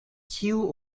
kiu